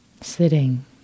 sitting